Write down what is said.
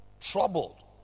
Troubled